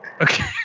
Okay